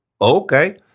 okay